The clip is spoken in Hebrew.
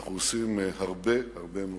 שאנחנו עושים הרבה מאוד